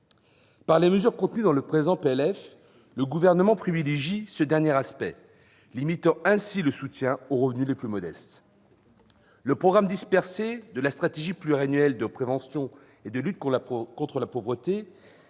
Par les mesures contenues dans le présent projet de loi de finances, le Gouvernement privilégie ce dernier aspect, limitant ainsi le soutien aux revenus les plus modestes. Le programme dispersé de la stratégie pluriannuelle de prévention et de lutte contre la pauvreté,